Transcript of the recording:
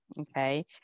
Okay